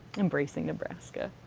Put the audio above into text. embracing nebraska.